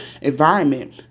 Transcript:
environment